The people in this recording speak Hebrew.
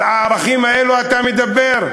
על הערכים האלה אתה מדבר?